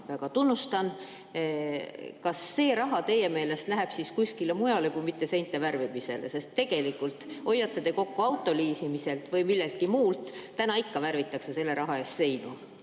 väga tunnustan. Aga kas see raha teie meelest läheb siis kuskile mujale, mitte seinte värvimisele? Tegelikult hoiate te kokku auto liisimiselt või milleltki muult, aga täna ikka värvitakse selle raha eest seinu.